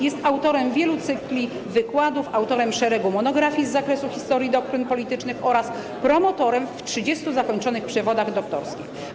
Jest autorem wielu cykli wykładów, autorem szeregu monografii z zakresu historii doktryn politycznych oraz promotorem w 30 zakończonych przewodach doktorskich.